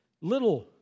little